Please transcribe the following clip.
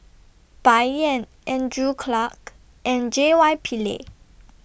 Bai Yan Andrew Clarke and J Y Pillay